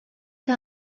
que